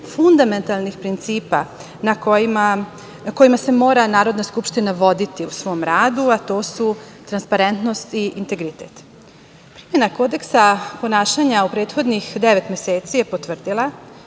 fundamentalnih principima kojima se mora Narodna skupština voditi u svom radu, a to su transparentnost i integritet. Primena Kodeksa ponašanja u prethodnih devet meseci je potvrdila,